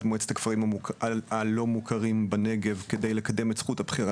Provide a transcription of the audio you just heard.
מועצת הכפרים הלא מוכרים בנגב כדי לקדם את זכות הבחירה